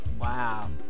Wow